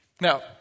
Now